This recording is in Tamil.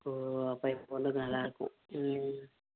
ஓ அப்போ என் பொண்ணுக்கு நல்லாயிருக்கும் ம்